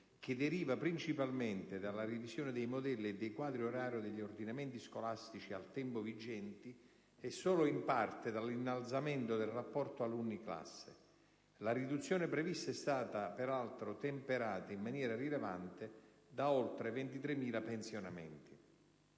che deriva principalmente dalla revisione dei modelli e dei quadri-orario degli ordinamenti scolastici al tempo vigenti e solo in parte dall'innalzamento del rapporto alunni per classe. La riduzione prevista è stata peraltro temperata, in maniera rilevante, da oltre 23.000 pensionamenti.